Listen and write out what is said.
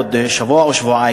עוד שבוע או שבועיים,